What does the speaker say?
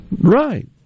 Right